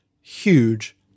huge